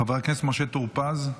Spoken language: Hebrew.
חבר הכנסת משה טור פז.